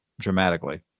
dramatically